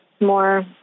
more